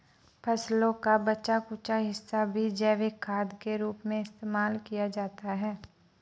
फसलों का बचा कूचा हिस्सा भी जैविक खाद के रूप में इस्तेमाल किया जाता है